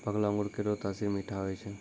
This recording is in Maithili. पकलो अंगूर केरो तासीर मीठा होय छै